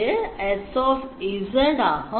இது S ஆகும்